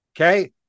Okay